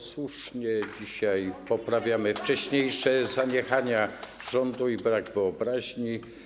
Słusznie dzisiaj poprawiamy wcześniejsze zaniechania rządu, bo był to brak wyobraźni.